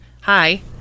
Hi